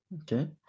Okay